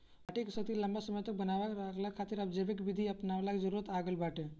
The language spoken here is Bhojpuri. माटी के शक्ति लंबा समय तक बनवले रहला खातिर अब जैविक विधि अपनऊला के जरुरत आ गईल बाटे